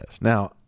now